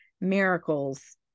miracles